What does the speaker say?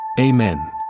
Amen